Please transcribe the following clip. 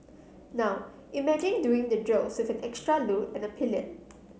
now imagine doing the drills with an extra load and a pillion